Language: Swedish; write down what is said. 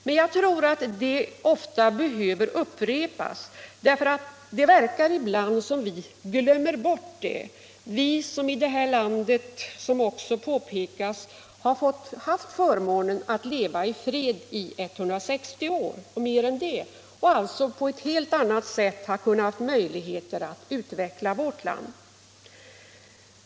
Men jag tror att det ofta behöver upprepas, därför att det verkar ibland som om vi glömde bort det — vi i det här landet som, vilket också har påpekats, har haft förmånen att leva i fred i mer än 160 år och alltså på ett helt annat sätt än vietnameserna har haft möjligheter att utveckla vårt land.